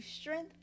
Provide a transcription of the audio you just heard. strength